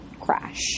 crash